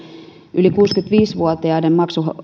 yli kuusikymmentäviisi vuotiaiden